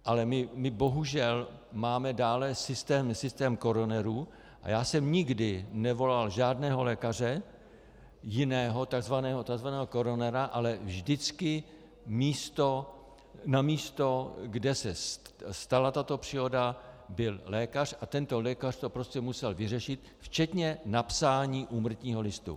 Ale my bohužel máme dále systémy systém koronerů a já jsem nikdy nevolal žádného lékaře jiného, takzvaného koronera, ale vždycky na místo, kde se stala tato příhoda, byl lékař a tento lékař to prostě musel vyřešit včetně napsání úmrtního listu.